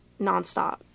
nonstop